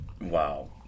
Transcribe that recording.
wow